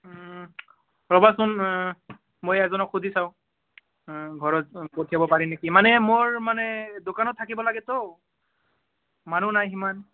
ৰ'বাচোন মই এজনক সুজি চাওঁ ঘৰত পঠিয়াব পাৰি নেকি মানে মোৰ মানে দোকানত থাকিব লাগেতো মানুহ নাই সিমান